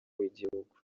w’igihugu